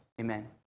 amen